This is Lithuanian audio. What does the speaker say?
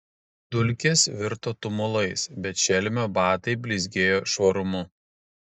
dulkės virto tumulais bet šelmio batai blizgėjo švarumu